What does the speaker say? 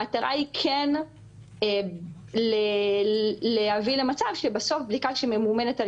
המטרה היא כן להביא למצב שבסוף בדיקה שממומנת על